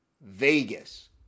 Vegas